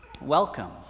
welcome